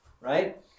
right